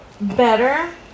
better